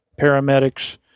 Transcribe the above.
paramedics